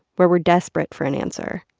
where we're desperate for an answer,